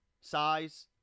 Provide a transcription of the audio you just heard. size